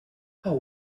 how